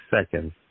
seconds